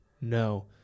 no